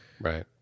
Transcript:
Right